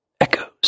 Echoes